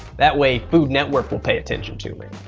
that way food network will pay attention to me.